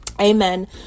Amen